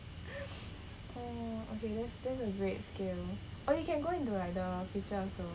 oh okay that's that's a great skill or you can go into like the future also